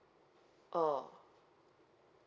orh